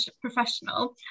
professional